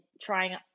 trying